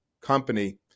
company